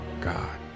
God